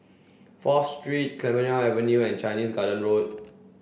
Fourth Street Clemenceau Avenue and Chinese Garden Road